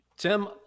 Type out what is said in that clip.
Tim